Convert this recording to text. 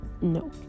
no